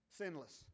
sinless